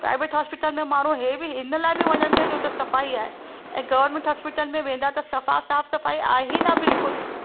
private hospital में माण्हू हे बि हिन लाइ बि वञनि था त उते सफ़ाई आहे ऐं गवर्मेंट हॉस्पिटल में वेंदा त सफ़ा साफ़ु सफ़ाई आहे ई न बिलकुलु